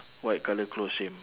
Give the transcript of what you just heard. white colour close same